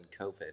COVID